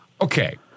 Okay